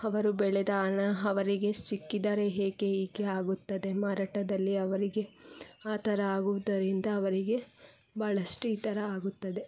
ಅವರು ಬೆಳೆದ ಅನ ಅವರಿಗೆ ಸಿಕ್ಕಿದರೆ ಏಕೆ ಹೀಗೆ ಆಗುತ್ತದೆ ಮಾರಾಟದಲ್ಲಿ ಅವರಿಗೆ ಆ ಥರ ಆಗುವುದರಿಂದ ಅವರಿಗೆ ಭಾಳಷ್ಟು ಈ ಥರ ಆಗುತ್ತದೆ